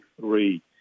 three